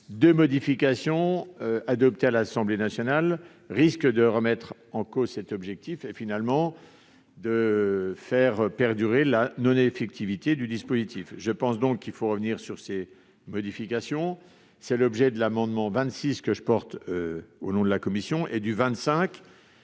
Deux modifications adoptées à l'Assemblée nationale risquent de remettre en cause cet objectif et, finalement, de faire perdurer la non-effectivité du dispositif. Il convient donc de revenir sur ces modifications, ce qui est l'objet des amendements n I-25 et I-26, que je porte au nom de la commission des